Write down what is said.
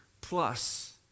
plus